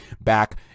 back